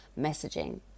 messaging